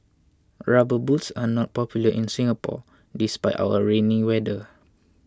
rubber boots are not popular in Singapore despite our rainy weather